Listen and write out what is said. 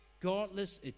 godless